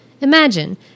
Imagine